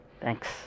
Thanks